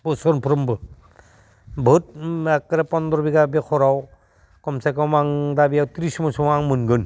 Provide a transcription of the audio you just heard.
बोसोरफ्रोमबो बहुत एकक्रे फन्द्र' बिगा बेसराव खम से खम आं दा बेयाव थ्रिस मनसो आं मोनगोन